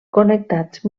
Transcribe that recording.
connectats